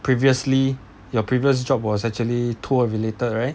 previously your previous job was actually tour related right